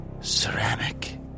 ceramic